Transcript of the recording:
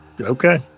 okay